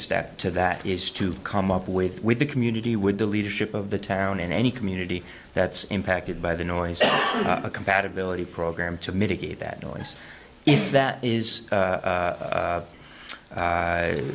step to that is to come up with with the community would the leadership of the town in any community that's impacted by the noise a compatibility program to mitigate that noise if that is